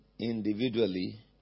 individually